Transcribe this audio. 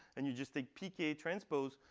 and you just take pk transpose.